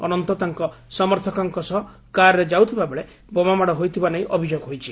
ଅନନ୍ତ ତାଙ୍କ ସମର୍ଥକଙ୍କ ସହ କାର୍ରେ ଯାଉଥିବା ବେଳେ ବୋମାମାଡ଼ ହୋଇଥିବା ନେଇ ଅଭିଯୋଗ ହୋଇଛି